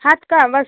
हाथ का बस